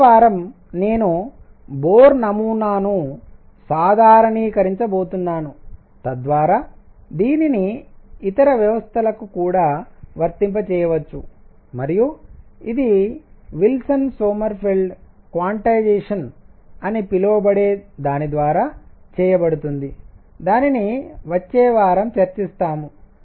వచ్చే వారం నేను బోర్ నమూనాను సాధారణీకరించబోతున్నాను తద్వారా దీనిని ఇతర వ్యవస్థలకు కూడా వర్తింపజేయవచ్చు మరియు ఇది విల్సన్ సోమెర్ఫెల్డ్ క్వాంటైజేషన్ అని పిలువబడే దాని ద్వారా చేయబడుతుంది దానిని వచ్చే వారం చర్చిస్తాము